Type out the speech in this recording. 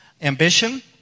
ambition